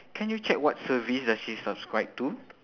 can you check what service does she subscribe to